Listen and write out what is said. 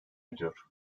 ediyor